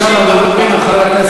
נרשמנו דרך המחשב.